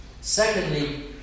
secondly